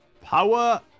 power